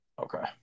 Okay